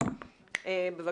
בבקשה.